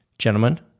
Gentlemen